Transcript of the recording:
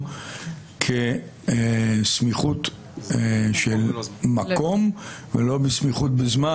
כסמיכות של מקום ולא בסמיכות בזמן.